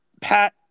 Pat